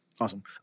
Awesome